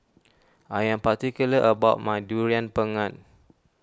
I am particular about my Durian Pengat